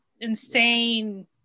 insane